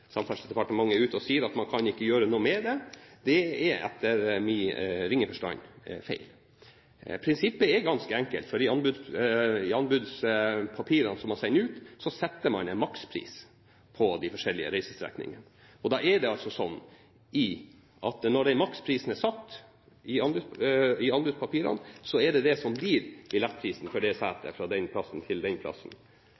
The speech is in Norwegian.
Samferdselsdepartementet er ute og sier at man kan ikke gjøre noe med det. Det er etter min ringe forstand feil. Prinsippet er ganske enkelt: I anbudspapirene man sender ut, setter man en makspris på de forskjellige reisestrekningene. Da er det slik at når den maksprisen er satt i anbudspapirene, er det det som blir billettprisen for det